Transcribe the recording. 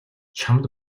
чамд